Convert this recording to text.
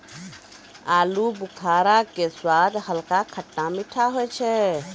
आलूबुखारा के स्वाद हल्का खट्टा मीठा होय छै